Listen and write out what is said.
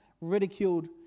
ridiculed